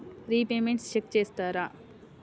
Repayments check చేస్తారా?